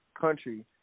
country